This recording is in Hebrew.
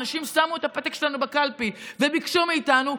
אנשים שמו את הפתק שלנו בקלפי וביקשו מאיתנו.